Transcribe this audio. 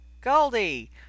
Goldie